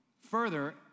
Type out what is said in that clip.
further